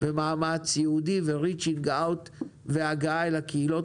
ומאמץ ייעודי ו-reaching out והגעה אל הקהילות.